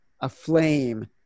aflame